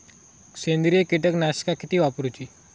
सेंद्रिय कीटकनाशका किती वापरूची?